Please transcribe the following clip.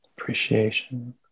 appreciation